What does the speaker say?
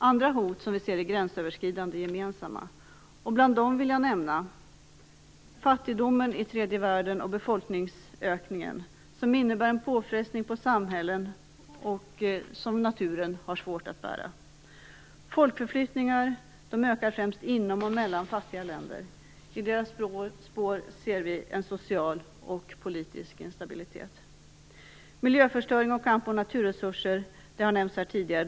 Andra hot är gränsöverskridande och gemensamma. Bland dem vill jag nämna fattigdomen i tredje världen och befolkningsökningen, som innebär en påfrestning på samhällen och som naturen har svårt att bära. Vidare har vi folkförflyttningar, som ökar främst inom och mellan fattiga länder. I deras spår ser vi en social och politisk instabilitet. Miljöförstöring och kamp om naturresurser har nämnts tidigare.